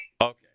okay